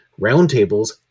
roundtables